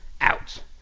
out